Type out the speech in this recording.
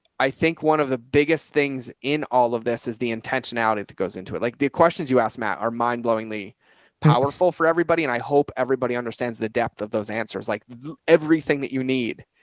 i think one of the biggest things in all of this, as the intention out at that goes into it, like the questions you asked, matt are mindblowingly powerful for everybody. and i hope everybody understands the depth of those answers. like everything that you need.